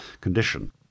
condition